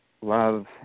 love